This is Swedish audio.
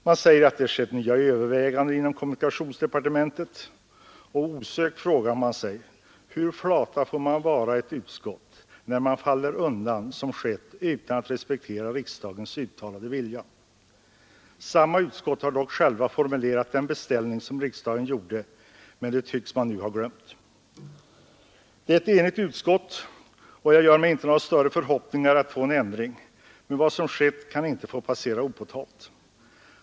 Man säger att det skett nya överväganden inom kommunikationsdepartementet, och osökt frågar man sig hur flata ledamöterna i utskott får vara när de som skett faller undan utan att respektera riksdagens uttalade vilja. Samma utskott har dock självt formulerat den beställning som riksdagen gjorde, men det tycks man nu ha glömt. Det är ett enigt utskott, och jag gör mig inte några större förhoppningar om att få en ändring, men vad som skett kan inte få passera opåtalat.